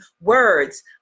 words